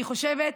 אני חושבת,